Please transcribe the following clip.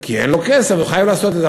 כי אין לו כסף והוא חייב לעשות את זה.